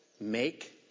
Make